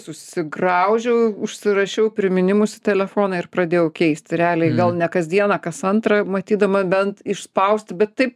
susigraužiau užsirašiau priminimus į telefoną ir pradėjau keisti realiai gal ne kasdieną kas antrą matydama bent išspausti bet taip